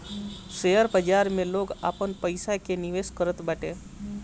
share बाजार में लोग आपन पईसा लगा के निवेश करत बाटे